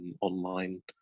online